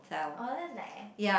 orh that's nice